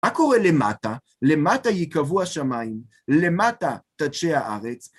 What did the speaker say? מה קורה למטה? למטה יקבו השמיים, למטה תדשה הארץ.